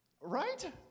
right